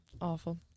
Awful